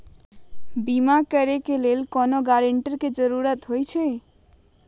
बिमा करबी कैउनो गारंटर की जरूरत होई?